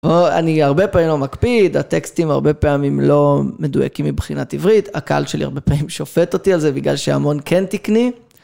אני הרבה פעמים לא מקפיד, הטקסטים הרבה פעמים לא מדויקים מבחינת עברית, הקהל שלי הרבה פעמים שופט אותי על זה, בגלל שהמון כן תקני.